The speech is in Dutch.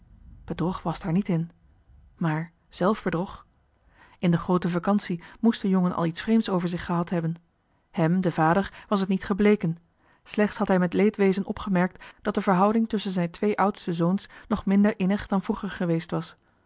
bedrog was daar niet in maar zelfbedrog in de groote vacantie moest de jongen al iets vreemds over zich gehad hebben hem den vader was t niet gebleken slechts had hij met leedwezen opgemerkt dat de verhouding tusschen zijn johan de meester de zonde in het deftige dorp twee oudste zoons nog minder innig dan vroeger geweest was